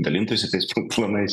dalintųsi tais planais